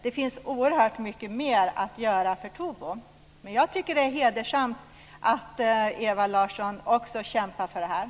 Det finns oerhört mycket mer att göra för Tobo. Men jag tycker att det är hedersamt att Ewa Larsson också kämpar för detta.